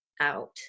out